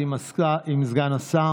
ההצעה להעביר את הצעת חוק סמכויות